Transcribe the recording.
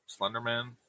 Slenderman